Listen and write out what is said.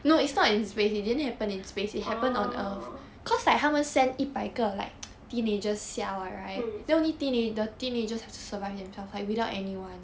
orh mm